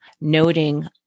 noting